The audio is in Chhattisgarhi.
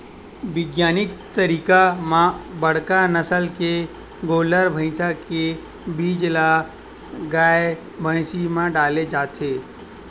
बिग्यानिक तरीका म बड़का नसल के गोल्लर, भइसा के बीज ल गाय, भइसी म डाले जाथे